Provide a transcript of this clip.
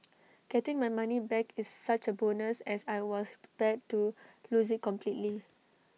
getting my money back is such A bonus as I was prepared to lose IT completely